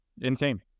Insane